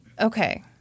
Okay